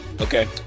Okay